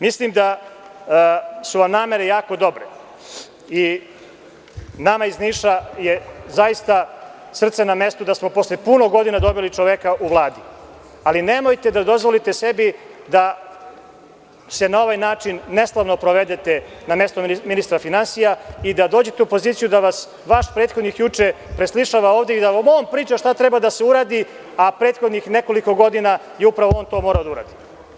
Mislim da su vam namere jako dobre i nama iz Niša je zaista srce na mestu da smo posle puno godina dobili čoveka u Vladi, ali nemojte da dozvolite sebi da se na ovaj način neslavno provedete na mestu ministra finansija i da dođete u poziciju da vas vaš prethodnik juče preslišava ovde i da vam on priča šta treba da se uradi, a prethodnih nekoliko godina je upravo on to morao da uradi.